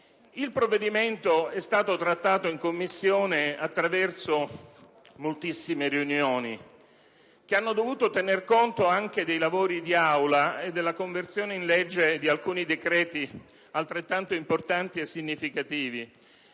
Il provvedimento è stato trattato in Commissione attraverso moltissime riunioni, per il fatto che si è dovuto tener conto anche dei lavori di Aula e della conversione in legge di alcuni decreti altrettanto importanti e significativi.